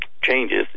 changes